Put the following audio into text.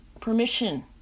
permission